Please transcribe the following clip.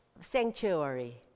sanctuary